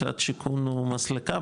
משרד שיכון הוא מסלקה,